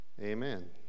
Amen